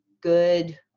good